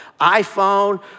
iPhone